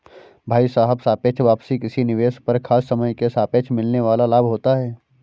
भाई साहब सापेक्ष वापसी किसी निवेश पर खास समय के सापेक्ष मिलने वाल लाभ होता है